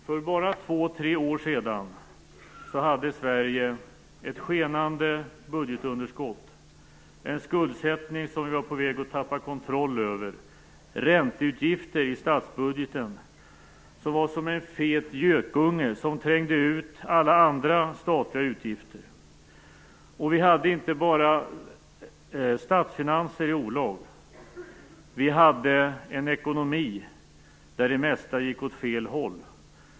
För bara två tre år sedan hade Sverige ett skenande budgetunderskott, en skuldsättning som vi var på väg att tappa kontrollen över och ränteutgifter i statsbudgeten som var som en fet gökunge som trängde ut alla andra statliga utgifter. Vi hade inte bara statsfinanser i olag. Vi hade en ekonomi där det mesta gick åt fel håll.